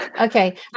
Okay